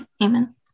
amen